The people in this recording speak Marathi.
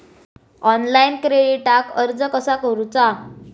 ऑनलाइन क्रेडिटाक अर्ज कसा करुचा?